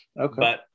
Okay